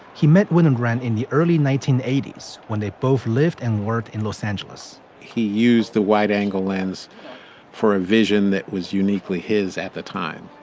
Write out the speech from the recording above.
he met winogrand in the early nineteen eighty s when they both lived and worked in los angeles he used the wide angle lens for a vision that was uniquely his at the time.